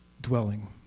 dwelling